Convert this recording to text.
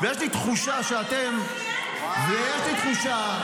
ויש לי תחושה שאתם --- די להתבכיין